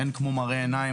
אין טוב יותר ממראה עיניים.